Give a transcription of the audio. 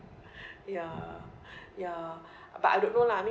ya ya but I don't know lah